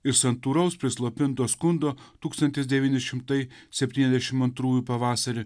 ir santūraus prislopinto skundo tūkstantis devyni šimtai septyniasdešim antrųjų pavasarį